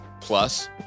Plus